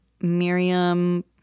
Miriam